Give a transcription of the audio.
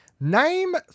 Name